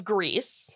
Greece